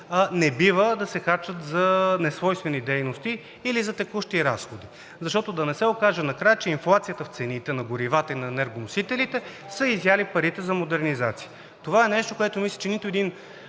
не бива да се харчат за несвойствени дейности или за текущи разходи, защото да не се окаже накрая, че инфлацията в цените на горивата и на енергоносителите е изяла парите за модернизация. Това е нещо, което мисля, че нито един